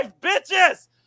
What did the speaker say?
bitches